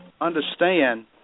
understand